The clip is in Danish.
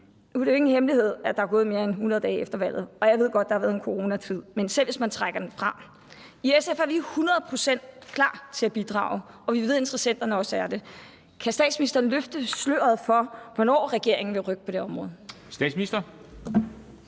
Nu er det jo ingen hemmelighed, at der er gået mere end 100 dage efter valget, og jeg ved godt, at der har været en coronatid, men selv hvis man trækker coronatiden fra, er det lang tid. I SF er vi hundrede procent klar til at bidrage, og vi ved, at interessenterne også er det, så kan statsministeren løfte sløret for, hvornår regeringen vil rykke på det område?